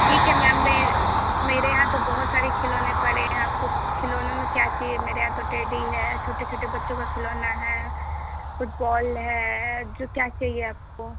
ठीक है मैम मेरे मेरे यहाँ तो बहुत सारे खिलौने पड़े हैं आपको खिलौनों में क्या चाहिए मेरे यहाँ तो टेडी है छोटे छोटे बच्चों का खिलौना है फुटबॉल है जो क्या चाहिए आपको